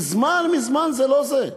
מזמן מזמן זה לא זה.